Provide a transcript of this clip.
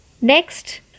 Next